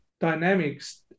dynamics